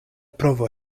provo